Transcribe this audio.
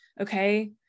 Okay